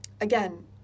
again